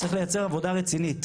צריך לייצר עבודה רצינית,